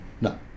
No